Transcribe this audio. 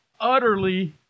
utterly